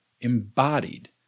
embodied